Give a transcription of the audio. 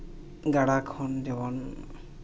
ᱜᱟᱰᱟ ᱠᱷᱚᱱ ᱡᱮᱢᱚᱱ